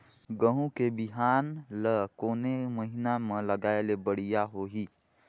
गहूं के बिहान ल कोने महीना म लगाय ले बढ़िया होही?